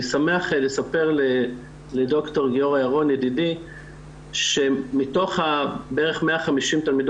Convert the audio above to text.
שמח לספר לד"ר גיורא ירון ידידי שמתוך בערך ה-150 תלמידות